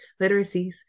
literacies